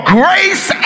grace